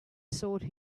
sought